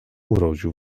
urodził